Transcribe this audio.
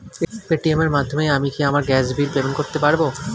Paytm এর মাধ্যমে আমি কি আমার গ্যাসের বিল পেমেন্ট করতে পারব?